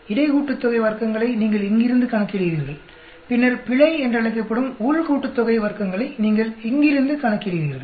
இடை கூட்டுத்தொகை வர்க்கங்களை நீங்கள் இங்கிருந்து கணக்கிடுகிறீர்கள்பின்னர் பிழை என்றழைக்கப்படும் உள் கூட்டுத்தொகை வர்க்கங்களை நீங்கள் இங்கிருந்து கணக்கிடுகிறீர்கள்